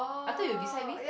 I thought you beside me